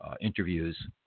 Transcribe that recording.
interviews